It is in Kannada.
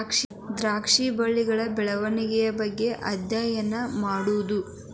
ದ್ರಾಕ್ಷಿ ಬಳ್ಳಿಗಳ ಬೆಳೆವಣಿಗೆಗಳ ಬಗ್ಗೆ ಅದ್ಯಯನಾ ಮಾಡುದು